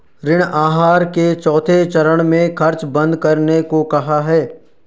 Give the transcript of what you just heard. ऋण आहार के चौथे चरण में खर्च बंद करने को कहा है